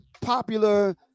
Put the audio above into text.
popular